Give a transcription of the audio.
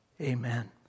amen